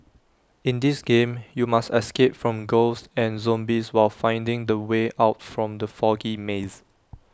in this game you must escape from ghosts and zombies while finding the way out from the foggy maze